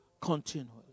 continually